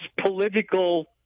political